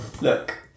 Look